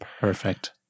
Perfect